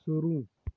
शुरू